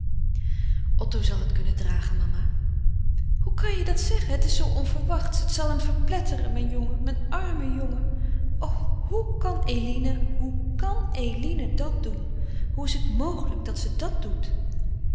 otto zal het kunnen dragen mama hoe kan je dat zeggen het is zoo onverwachts het zal hem verpletteren mijn jongen mijn armen jongen o hoe kan eline hoe kan eline dat doen hoe is het mogelijk dat ze dat doet